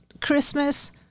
Christmas